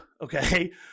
Okay